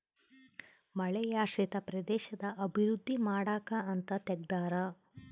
ಮಳೆಯಾಶ್ರಿತ ಪ್ರದೇಶದ ಅಭಿವೃದ್ಧಿ ಮಾಡಕ ಅಂತ ತೆಗ್ದಾರ